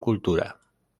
cultura